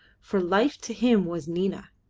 for life to him was nina.